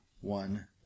one